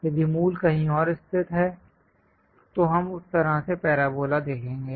यदि मूल कहीं और स्थित है तो हम उस तरह से पैराबोला देखेंगे